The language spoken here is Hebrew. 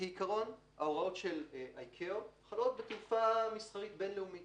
כעיקרון ההוראות של ה-ICAO חלות בתעופה מסחרית בין לאומית